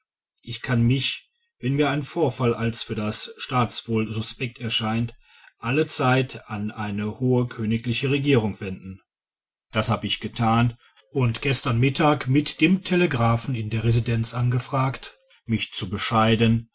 ich kann mich wenn mir ein vorfall als für das staatswohl suspekt erscheint allezeit an eine hohe königliche regierung wenden das hab ich getan und gestern mittag mit dem telegraphen in der residenz angefragt mich zu bescheiden